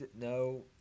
No